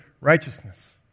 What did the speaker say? righteousness